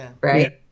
right